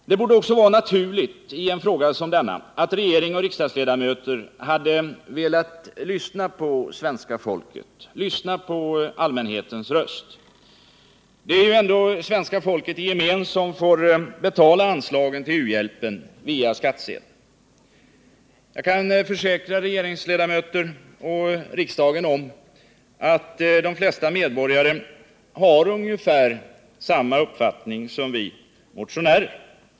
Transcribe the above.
Det borde också vara naturligt i en fråga som denna att regeringen och riksdagsledamöterna hade velat lyssna på svenska folket, lyssna på allmänhetens röst. Det är ju ändå svenska folket i gemen som får betala anslagen till u-hjälpen via skattsedeln. Jag kan försäkra regeringsledamöterna och riksdagen att de flesta medborgare har ungefär samma uppfattning som vi motionärer.